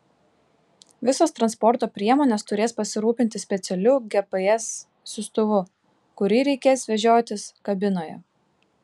visos transporto priemonės turės pasirūpinti specialiu gps siųstuvu kurį reikės vežiotis kabinoje